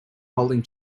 holding